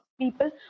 people